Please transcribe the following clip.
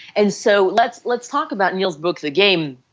and so let's let's talk about neil's book, the game,